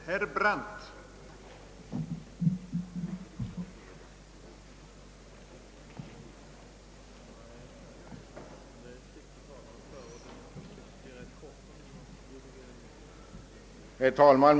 Herr talman!